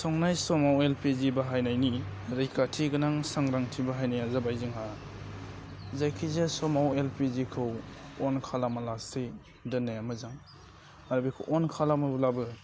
संनाय समाव एलपिजि बाहायनायनि रैखाथि गोनां सांग्रांथि बाहायनाया जाबाय जोंहा जायखि जाया समाव एलपिजिखौ अन खालामालासे दोन्नाया मोजां आरो बेखौ अन खालामोब्लाबो